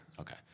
Okay